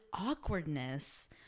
awkwardness